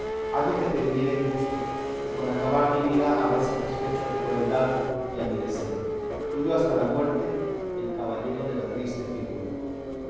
haz lo que te viniere en gusto que con acabar mi vida habré satisfecho a tu crueldad y a mi deseo tuyo hasta la muerte el caballero de la triste figura